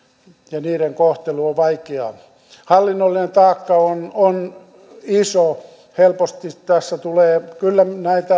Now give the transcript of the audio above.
ja niiden kohtelu on vaikeaa hallinnollinen taakka on on iso helposti tässä tulee kyllä